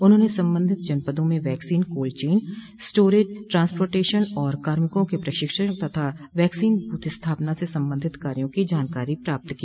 उन्होंने संबंधित जनपदों में vaccine cold chain storage transportation और कार्मिकों के प्रशिक्षण तथा वैक्सीन बूथ स्थापना से संबंधित कार्यो की जानकारी प्राप्त की